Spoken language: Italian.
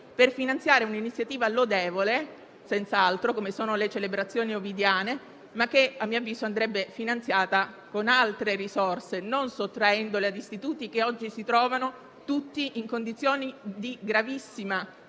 per finanziare un'iniziativa senz'altro lodevole, come le celebrazioni ovidiane, ma che a mio avviso andrebbe finanziata con altre risorse, non sottraendole ad istituti che oggi si trovano tutti in condizioni di gravissima